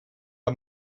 got